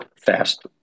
fast